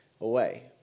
away